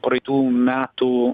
praeitų metų